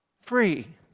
free